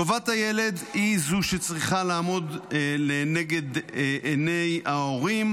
טובת הילד היא שצריכה לעמוד נגד עיני ההורים,